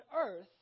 earth